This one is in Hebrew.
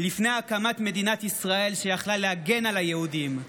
לפני הקמת מדינת ישראל שיכולה להגן על היהודים.